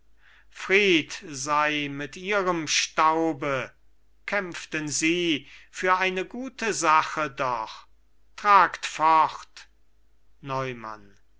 fried sei mit ihrem staube kämpften sie für eine gute sache doch tragt fort neumann